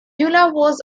also